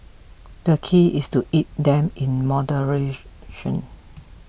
the key is to eat them in moderation